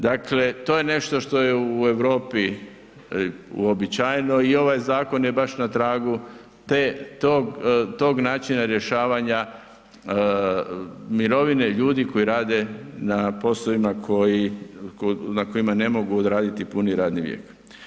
Dakle, to je nešto što je u Europi uobičajeno i ovaj zakon je baš na tragu te, tog načina rješavanja mirovine ljudi koji rade na poslovima koji, na kojima ne mogu odraditi puni radni vijek.